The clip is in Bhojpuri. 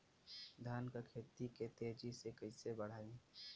धान क खेती के तेजी से कइसे बढ़ाई?